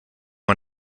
man